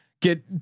get